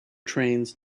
trains